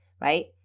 right